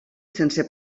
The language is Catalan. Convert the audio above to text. sense